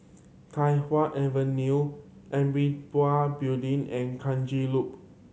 Tai Hwan Avenue Amitabha Building and Kranji Loop